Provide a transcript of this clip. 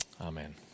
Amen